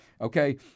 okay